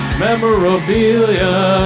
memorabilia